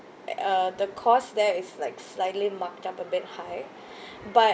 uh the course there is like slightly marked up a bit high but